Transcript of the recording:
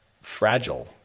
fragile